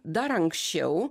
dar anksčiau